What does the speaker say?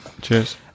cheers